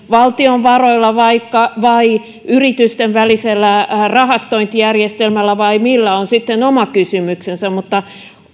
valtion varoilla vai yritysten välisellä rahastointijärjestelmällä vai millä on sitten oma kysymyksensä mutta